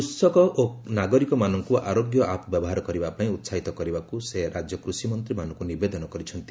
କୃଷକ ଓ ନାଗରିକମାନଙ୍କୁ ଆରୋଗ୍ୟ ଆପ୍ ବ୍ୟବହାର କରିବା ପାଇଁ ଉସାହିତ କରିବାକୁ ସେ ରାଜ୍ୟ କୃଷିମନ୍ତ୍ରୀମାନଙ୍କୁ ନିବେଦନ କରିଛନ୍ତି